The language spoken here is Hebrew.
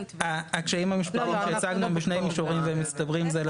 הקשיים המשפטיים שהצגנו הם בשני מישורים והם מצטברים זה לזה.